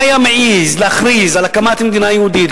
מי היה מעז להכריז על הקמת מדינה יהודית,